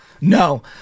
no